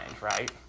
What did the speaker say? right